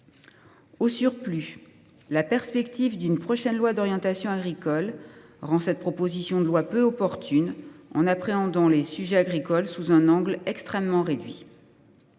Au surplus, la perspective d’une prochaine loi d’orientation agricole rend cette proposition de loi peu opportune, en appréhendant les sujets agricoles sous un angle extrêmement réduit.